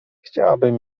chciałabym